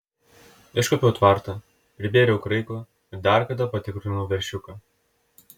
iškuopiau tvartą pribėriau kraiko ir dar kartą patikrinau veršiuką